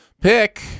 pick